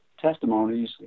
testimonies